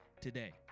today